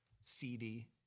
CD